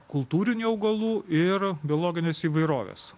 kultūrinių augalų ir biologinės įvairovės